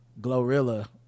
Glorilla